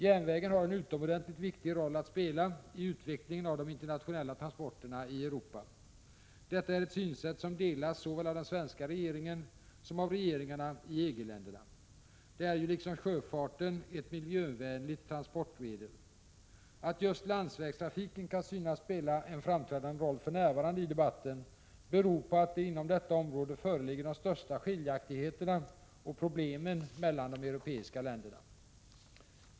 Järnvägen har en utomordentligt viktig roll att spela i utvecklingen av de internationella transporterna i Europa. Detta är ett synsätt som delas såväl av den svenska regeringen som av regeringarna i EG-länderna. Det är ju liksom sjöfarten ett miljövänligt transportmedel. Att just landsvägstrafiken kan synas spela en framträdande roll för närvarande i debatten beror på att det inom detta område föreligger de största skiljaktigheterna och problemen mellan de europeiska länderna.